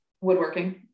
woodworking